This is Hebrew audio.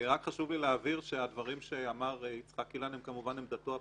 רק חשוב לי להבהיר שהדברים שאמר יצחק אילן הם כמובן עמדתו הפרטית.